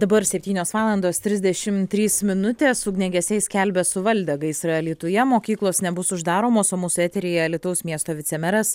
dabar septynios valandos trisdešimt trys minutės ugniagesiai skelbia suvaldę gaisrą alytuje mokyklos nebus uždaromos o mūsų eteryje alytaus miesto vicemeras